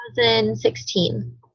2016